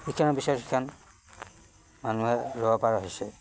ইখনৰ পিছত সিখন মানুহে ল'বপৰা হৈছে